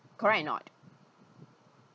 correct or not